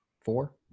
four